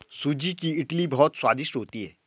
सूजी की इडली बहुत स्वादिष्ट होती है